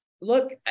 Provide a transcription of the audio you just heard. Look